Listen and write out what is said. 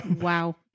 Wow